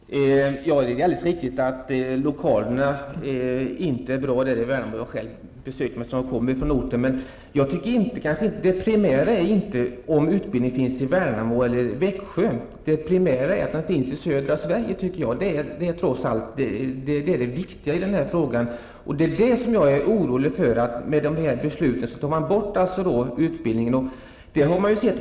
Fru talman! Ja, det är alldeles riktigt att lokalerna är dåliga i Värnamo. Jag har själv besökt dem -- jag kommer från orten. Men den primära frågan är inte om utbildningen finns i Värnamo eller i Växjö. Det primära är att den finns i södra Sverige. Jag är orolig för att dessa beslut gör att utbildningen kommer att tas bort.